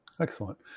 Excellent